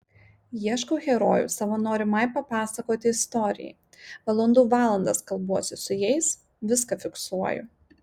ieškau herojų savo norimai papasakoti istorijai valandų valandas kalbuosi su jais viską fiksuoju